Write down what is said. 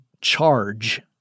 charge